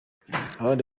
abandi